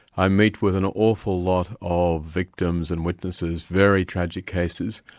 i meet with an awful lot of victims and witnesses, very tragic cases,